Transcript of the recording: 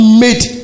made